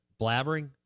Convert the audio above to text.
blabbering